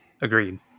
Agreed